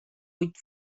vuit